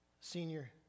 senior